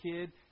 kid